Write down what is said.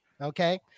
okay